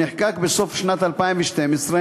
שנחקק בסוף שנת 2012,